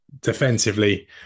defensively